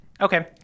Okay